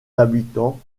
habitants